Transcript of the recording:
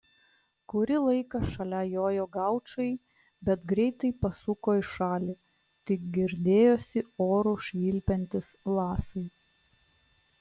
kurį laiką šalia jojo gaučai bet greitai pasuko į šalį tik girdėjosi oru švilpiantys lasai